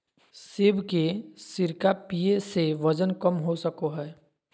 सेब के सिरका पीये से वजन कम हो सको हय